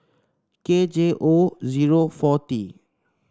K J O zero four T